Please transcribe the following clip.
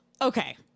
Okay